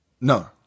No